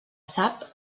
sap